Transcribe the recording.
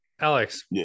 Alex